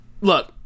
look